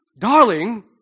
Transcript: darling